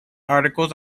articles